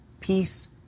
Peace